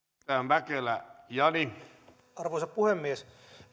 arvoisa puhemies